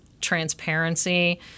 transparency